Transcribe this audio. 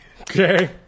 Okay